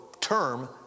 term